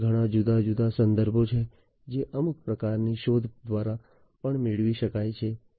અન્ય ઘણા જુદા જુદા સંદર્ભો છે જે અમુક પ્રકારની શોધ દ્વારા પણ મેળવી શકાય છે